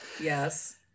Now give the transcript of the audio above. Yes